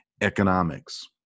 Economics